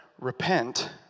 repent